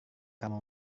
kamu